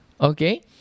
okay